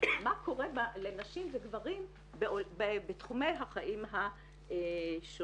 מה קורה לנשים וגברים בתחומי החיים השונים.